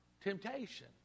temptation